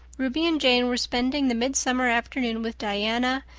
ruby and jane were spending the midsummer afternoon with diana,